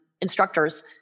instructors